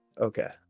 okay